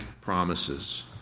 promises